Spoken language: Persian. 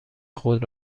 خود